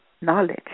knowledge